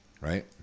right